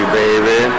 baby